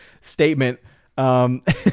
statement